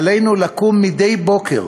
עלינו לקום מדי בוקר,